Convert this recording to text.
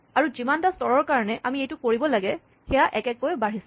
আৰু যিমানটা স্তৰৰ কাৰণে আমি এইটো কৰিব লাগে সেয়া এক এককৈ বাঢ়িছে